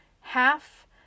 half